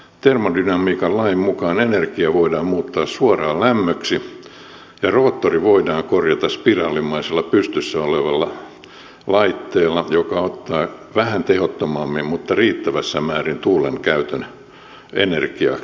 termodynamiikan lain mukaan energia voidaan muuttaa suoraan lämmöksi ja roottori voidaan korvata spiraalimaisella pystyssä olevalla laitteella joka ottaa vähän tehottomammin mutta riittävässä määrin tuulen käytön energiaksi